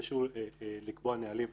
שכיח אז הזירה צריכה לנטר את הפעילות הזו.